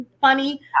funny